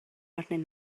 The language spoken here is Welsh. arnyn